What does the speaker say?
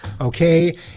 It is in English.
okay